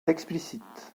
explicites